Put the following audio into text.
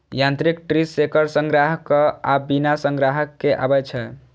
यांत्रिक tree shaker संग्राहक आ बिना संग्राहक के आबै छै